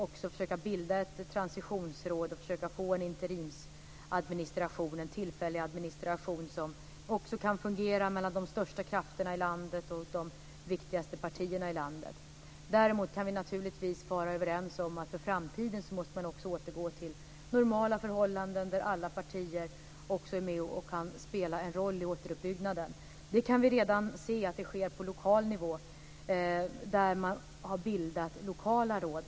Man har försökt bilda ett transitionsråd och försökt få till stånd en interimsadministration, en tillfällig administration, som också kan fungera mellan de största krafterna i landet och de viktigaste partierna i landet. Däremot kan vi naturligtvis vara överens om att man inför framtiden måste återgå till normala förhållanden där alla partier är med och kan spela en roll i återuppbyggnaden. Vi kan redan se att det sker på lokal nivå. Man har bildat lokala råd.